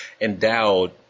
endowed